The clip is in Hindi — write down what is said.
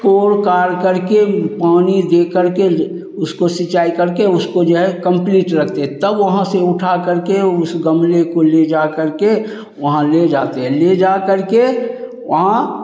कोड काड करके पानी दे करके उसको सिंचाई करके उसको जो है कम्प्लीट रखते तब वहाँ से उठा करके उस गमले को ले जा करके वहाँ ले जाते हैं ले जा करके वहाँ